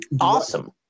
Awesome